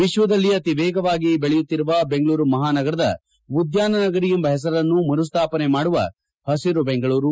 ವಿಶ್ವದಲ್ಲಿ ಅತಿವೇಗವಾಗಿ ಬೆಳೆಯುತ್ತಿರುವ ಬೆಂಗಳೂರು ಮಹಾನಗರದ ಉದ್ದಾನ ನಗರಿ ಎಂಬ ಹೆಸರನ್ನು ಮರು ಸ್ಟಾಪನೆ ಮಾಡುವ ಪಸಿರು ಬೆಂಗಳೂರು